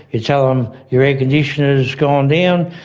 you tell them your air conditioner has gone down,